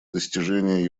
достижения